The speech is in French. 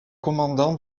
commandant